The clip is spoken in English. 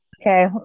Okay